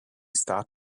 start